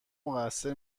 مقصر